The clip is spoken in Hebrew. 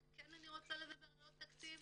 אבל אני רוצה לדבר על עוד תקציב